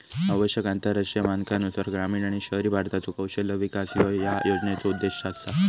आवश्यक आंतरराष्ट्रीय मानकांनुसार ग्रामीण आणि शहरी भारताचो कौशल्य विकास ह्यो या योजनेचो उद्देश असा